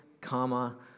comma